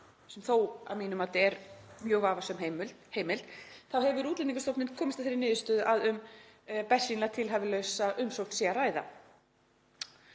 er þó að mínu mati mjög vafasöm heimild, hefur Útlendingastofnun komist að þeirri niðurstöðu að um bersýnilega tilhæfulausa umsókn sé að ræða